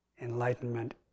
enlightenment